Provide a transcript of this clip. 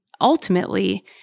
Ultimately